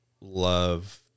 love